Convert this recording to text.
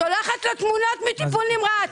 שולחת לו תמונות מטיפול נמרץ,